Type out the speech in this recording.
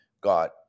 got